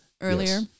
earlier